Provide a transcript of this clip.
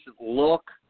look